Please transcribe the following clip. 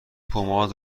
پماد